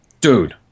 Dude